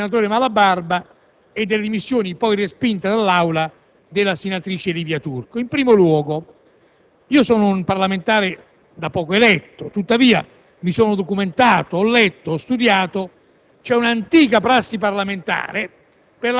quando si è discusso delle dimissioni del senatore Malabarba e delle dimissioni, poi respinte dall'Assemblea della senatrice Livia Turco. In primo luogo, io sono un parlamentare da poco eletto, tuttavia, mi sono documentato, ho letto, ho studiato: